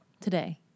today